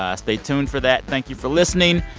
ah stay tuned for that. thank you for listening.